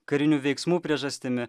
karinių veiksmų priežastimi